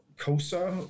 COSA